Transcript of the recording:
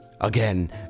again